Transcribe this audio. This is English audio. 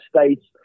States